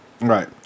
Right